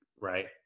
Right